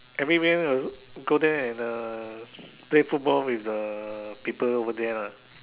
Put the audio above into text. every where also go there and uh play football with the uh people over there lah